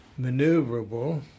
maneuverable